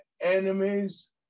enemies